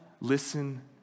Listen